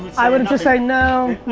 i would just say no.